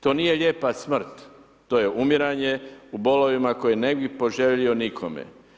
To nije lijepa smrt, to je umiranje u bolovima koje ne bih poželio nikome.